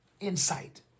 insight